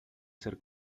ser